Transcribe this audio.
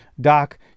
doc